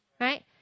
Right